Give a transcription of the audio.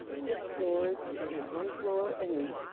six floors. i did one floor a week.